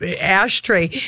ashtray